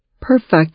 perfect